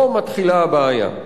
פה מתחילה הבעיה,